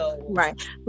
Right